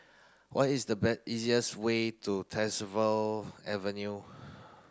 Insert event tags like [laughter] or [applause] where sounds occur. what is the [unintelligible] easiest way to Tyersall Avenue